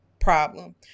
problem